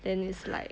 then it's like